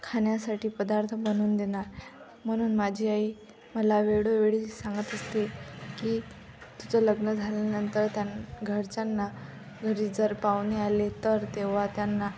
खाण्यासाठी पदार्थ बनवून देणार म्हणून माझी आई मला वेळोवेळी सांगत असते की तुझं लग्न झाल्यानंतर त्यान घरच्यांना घरी जर पाहुणे आले तर तेव्हा त्यांना